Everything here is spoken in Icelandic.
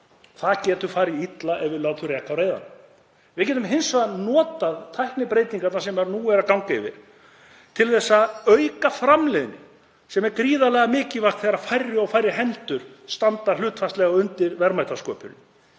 Það getur farið illa ef við látum reka á reiðanum. Við getum hins vegar notað tæknibreytingarnar sem nú eru að ganga yfir til að auka framleiðni, sem er gríðarlega mikilvægt þegar færri og færri hendur standa hlutfallslega undir verðmætasköpun.